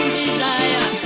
desire